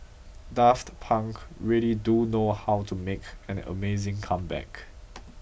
Daft Punk really do know how to make an amazing comeback